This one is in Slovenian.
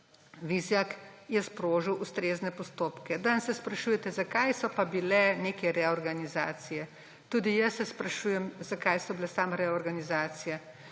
Vizjak je sprožil ustrezne postopke. Danes se sprašujete, zakaj so pa bile neke reorganizacije. Tudi jaz se sprašujem, zakaj so bile samo reorganizacije.